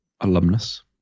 alumnus